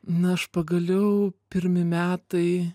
na aš pagaliau pirmi metai